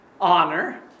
honor